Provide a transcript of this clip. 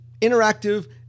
Interactive